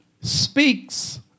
speaks